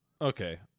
Okay